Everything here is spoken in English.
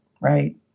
right